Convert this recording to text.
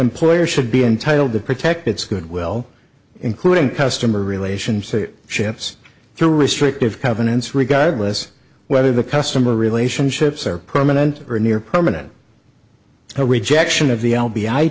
employer should be entitled to protect its goodwill including customer relations ships through restrictive covenants regardless whether the customer relationships are permanent or near permanent